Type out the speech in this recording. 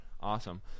Awesome